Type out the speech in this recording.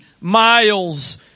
miles